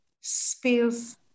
spills